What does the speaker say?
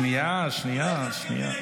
רגע, רגע, רגע.